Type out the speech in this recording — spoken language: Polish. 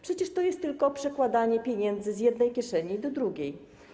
Przecież to jest tylko przekładanie pieniędzy z jednej kieszeni do drugiej.